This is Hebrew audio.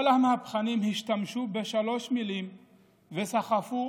כל המהפכנים השתמשו בשלוש מילים וסחפו